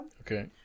okay